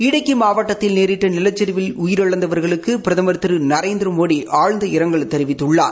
இடுக்கி மாவட்டத்தில் நேரிட்ட நிலச்சிவில் உயிரிழந்தவர்களுக்கு பிரதமர் திரு நரேந்திரமோடி ஆழ்ந்த இரங்கல் தெரிவித்துள்ளார்